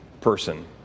person